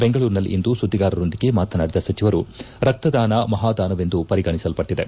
ಬೆಂಗಳೂರಿನಲ್ಲಿಂದು ಸುದ್ದಿಗಾರರೊಂದಿಗೆ ಮಾತನಾಡಿದ ಸಚಿವರು ರಕ್ತದಾನ ಮಹಾದಾನವೆಂದು ಪರಿಗಣಿಸಲ್ಪಟ್ಟದೆ